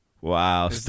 Wow